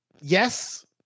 Yes